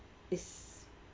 is